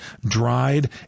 dried